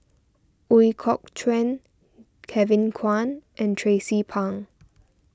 Ooi Kok Chuen Kevin Kwan and Tracie Pang